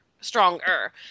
stronger